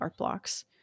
Artblocks